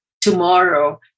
tomorrow